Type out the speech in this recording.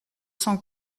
cent